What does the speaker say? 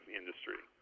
industry